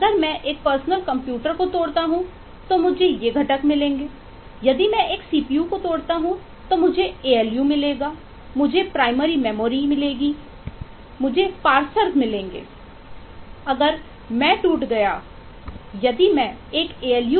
अगर मैं टूट गया यदि मैं एक एएलयू